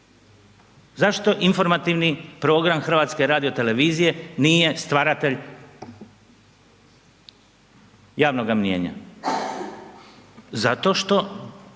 Zašto informativni program HRT-a nije stvaratelj javnoga mijenja? Zato što